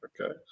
Okay